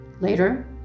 Later